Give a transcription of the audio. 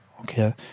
Okay